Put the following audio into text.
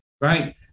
right